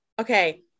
Okay